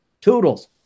Toodles